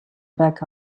back